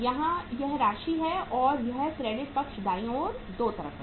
यहां यह राशि है और यह क्रेडिट पक्ष दाईं ओर दो तरफ है